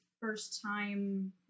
first-time